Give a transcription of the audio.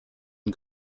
une